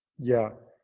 yeah.